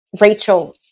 Rachel